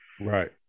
Right